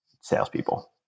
salespeople